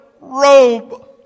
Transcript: robe